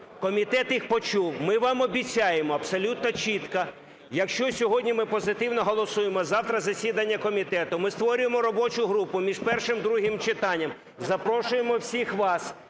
комітет їх почув. Ми вам обіцяємо, абсолютно чітко, якщо сьогодні ми позитивно голосуємо, завтра засідання комітету, ми створюємо робочу групу між першим і другим читанням, запрошуємо всіх вас,